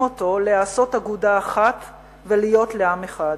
אותו להיעשות אגודה אחת ולהיות לעם אחד.